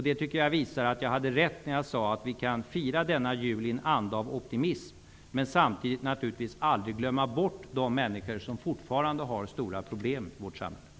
Det tycker jag visar att jag hade rätt när jag sade att vi kan fira denna jul i en anda av optimism, men samtidigt naturligtvis aldrig glömma bort de människor som fortfarande har stora problem i vårt samhälle.